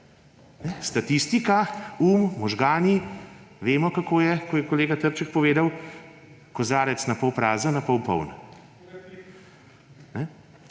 Statistika, možgani, vemo, kako je, kot je kolega Trček povedal, kozarec napol prazen ali napol poln.